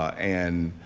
and.